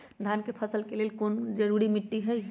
धान के फसल के लेल कौन मिट्टी जरूरी है?